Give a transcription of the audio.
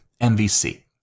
MVC